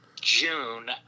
june